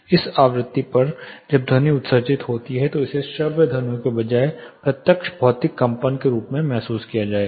इस आवृत्ति पर जब ध्वनि उत्सर्जित होती है तो इसे श्रव्य ध्वनियों के बजाय प्रत्यक्ष भौतिक कंपन के रूप में महसूस किया जाएगा